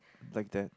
like that